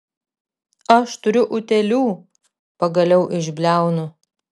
aš turiu utėlių pagaliau išbliaunu